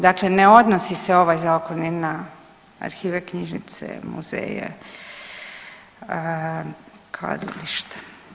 Dakle, ne odnosi se ovaj zakon ni na arhive, knjižnice, muzeje, kazališta.